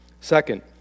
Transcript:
Second